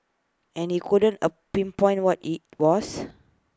and he couldn't A pinpoint what IT was